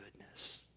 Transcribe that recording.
goodness